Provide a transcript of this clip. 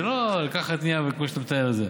זה לא לקחת נייר וכמו שאתה מתאר את זה.